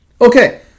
Okay